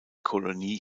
kolonie